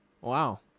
Wow